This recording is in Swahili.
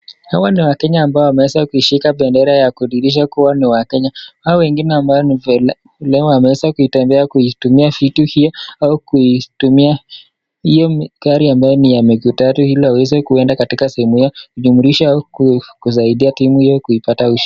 Hawa ni wakenya ambao wameweza kushika bendera ya kudhirisha kuwa ni wakenya ,hao wengine ambao wameweza kutembea akitumia vitu hiyo au kuitumia hiyo gari ambayo ili aweze kuenda katika sehemu hiyo kusaidia timu hiyo kuipata ushindi.